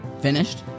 finished